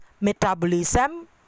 metabolism